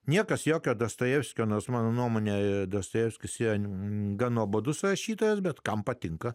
niekas jokio dostojevskio nors mano nuomone dostojevskis yra gan nuobodus rašytojas bet kam patinka